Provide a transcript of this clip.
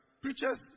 preachers